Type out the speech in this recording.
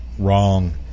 Wrong